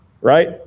right